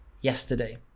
yesterday